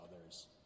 others